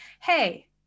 Hey